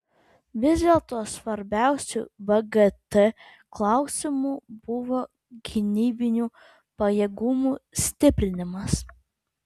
vis dėlto svarbiausiu vgt klausimu buvo gynybinių pajėgumų stiprinimas